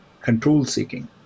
control-seeking